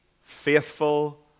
faithful